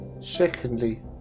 Secondly